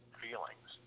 feelings